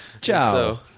Ciao